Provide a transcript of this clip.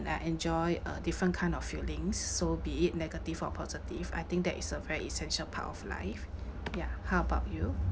I enjoy uh different kind of feelings so be it negative or positive I think that is a very essential part of life ya how about you